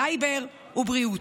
סייבר ובריאות.